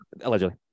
allegedly